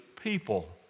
people